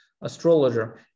astrologer